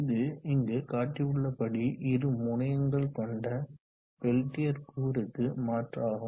இது இங்கு காட்டியுள்ளபடி இரு முனையங்கள் கொண்ட பெல்டியர் கூறுக்கு மாற்றாகும்